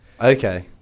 Okay